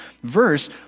verse